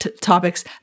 topics